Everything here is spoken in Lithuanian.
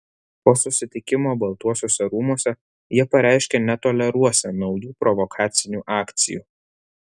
po susitikimo baltuosiuose rūmuose jie pareiškė netoleruosią naujų provokacinių akcijų